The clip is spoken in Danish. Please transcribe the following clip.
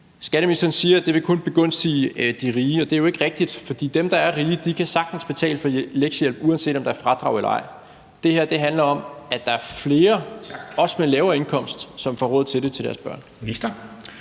Skatteministeren siger, at det kun vil begunstige de rige, men det er jo ikke rigtigt, for dem, der er rige, kan sagtens betale for lektiehjælp, uanset om der er fradrag eller ej. Det her handler om, at der er flere – også med lavere indkomst – som får råd til det til deres børn.